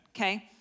okay